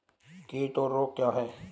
कीट और रोग क्या हैं?